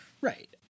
Right